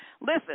Listen